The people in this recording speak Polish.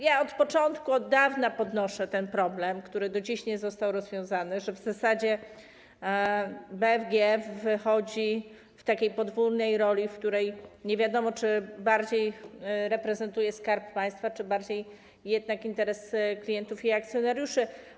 Ja od początku, od dawna podnoszę ten problem, który do dziś nie został rozwiązany, że w zasadzie BFG występuje w takiej podwójnej roli - nie wiadomo, czy bardziej reprezentuje Skarb Państwa, czy bardziej jednak interes klientów i akcjonariuszy.